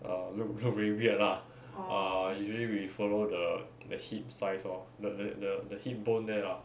err look look very weird lah usually we follow the the hip size lor the the the the hip bone there lah